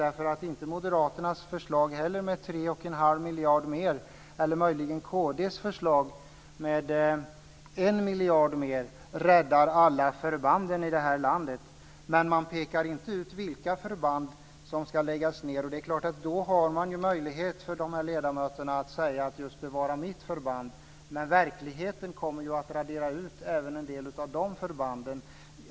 Varken moderaternas förslag om 3 1⁄2 miljard mer eller kd:s förslag om 1 miljard mer räddar alla förband i vårt land. Man pekar inte ut vilka förband som ska läggas ned, och då har de här ledamöterna möjlighet att säga att just de egna förbanden skulle bevaras. Verkligheten kommer ju att radera ut även en del av de förbanden.